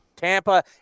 Tampa